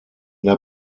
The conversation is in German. der